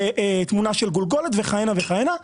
תמונה של גולגולת וכהנה וכהנה.